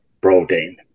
protein